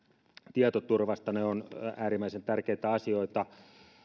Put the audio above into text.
tietoturvasta ne ovat äärimmäisen tärkeitä asioita